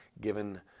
given